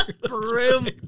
Broom